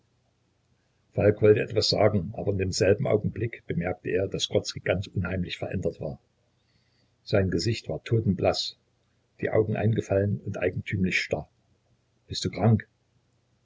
falk wollte etwas sagen aber in demselben augenblick bemerkte er daß grodzki ganz unheimlich verändert war sein gesicht war totenblaß die augen eingefallen und eigentümlich starr bist du krank